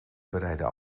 bereidden